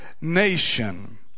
nation